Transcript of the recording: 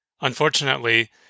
Unfortunately